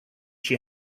she